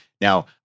Now